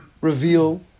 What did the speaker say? reveal